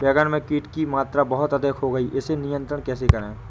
बैगन में कीट की मात्रा बहुत अधिक हो गई है इसे नियंत्रण कैसे करें?